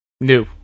New